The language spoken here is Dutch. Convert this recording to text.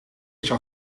zou